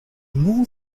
more